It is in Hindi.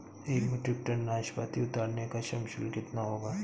एक मीट्रिक टन नाशपाती उतारने का श्रम शुल्क कितना होगा?